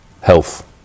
health